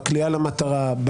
בקליעה למטרה,